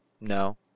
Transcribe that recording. No